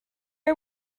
are